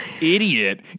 idiot